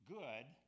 good